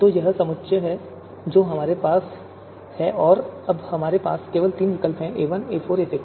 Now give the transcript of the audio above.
तो यह वह समुच्चय है जो हमारे पास है और अब हमारे पास केवल तीन विकल्प हैं a1 a4 a6